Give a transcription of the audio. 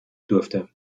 durfte